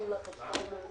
רבה לכולם.